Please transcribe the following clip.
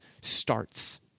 starts